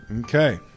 Okay